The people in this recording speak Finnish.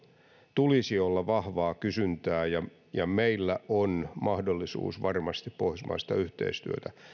tulisi olla vahvaa kysyntää ja ja meillä on mahdollisuus varmasti pohjoismaista yhteistyötä